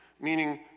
meaning